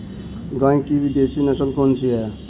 गाय की विदेशी नस्ल कौन सी है?